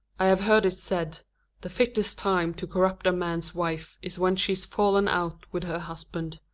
i have heard it said the fittest time to corrupt a man's wife is when she's fallen out with her husband.